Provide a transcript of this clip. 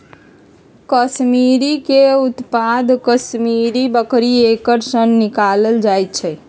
कस्मिरीके उत्पादन कस्मिरि बकरी एकर सन निकालल जाइ छै